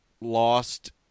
lost